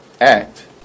Act